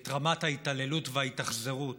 את רמת ההתעללות וההתאכזרות